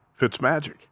Fitzmagic